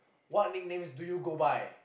what nicknames do you go by